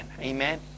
Amen